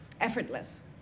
effortless